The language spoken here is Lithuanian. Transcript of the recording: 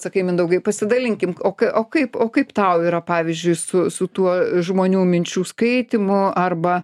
sakai mindaugai pasidalinkim o ką o kaip o kaip tau yra pavyzdžiui su su tuo žmonių minčių skaitymu arba